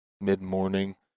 mid-morning